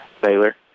Baylor